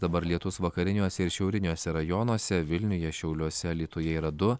dabar lietus vakariniuose ir šiauriniuose rajonuose vilniuje šiauliuose alytuje yra du